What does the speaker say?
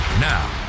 Now